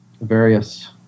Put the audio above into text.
various